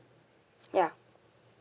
ya